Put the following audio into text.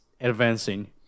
advancing